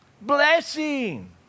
blessing